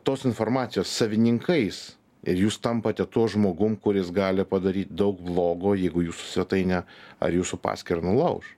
tos informacijos savininkais ir jūs tampate tuo žmogum kuris gali padaryt daug blogo jeigu jūsų svetainę ar jūsų paskyrą nulauš